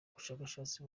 ubushakashatsi